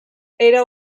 era